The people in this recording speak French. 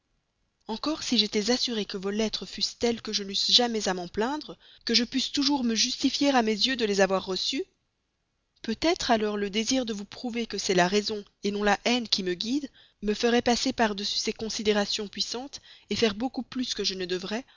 encore si j'étais assurée que vos lettres fussent telles que je n'eusse jamais à m'en plaindre que je pusse toujours me justifier à mes yeux de les avoir reçues peut-être alors le désir de vous prouver que c'est la justice non la haine qui me guide me ferait passer par-dessus ces considérations puissantes faire beaucoup plus que je ne devrais